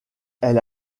elle